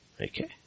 Okay